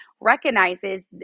recognizes